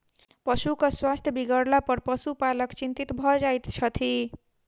पशुक स्वास्थ्य बिगड़लापर पशुपालक चिंतित भ जाइत छथि